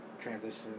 transition